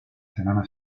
semana